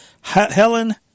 Helen